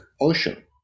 Ocean